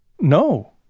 No